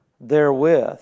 therewith